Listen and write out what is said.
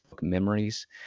memories